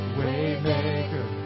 waymaker